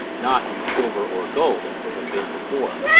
not in silver or gold as they had been before.